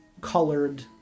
colored